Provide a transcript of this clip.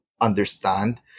understand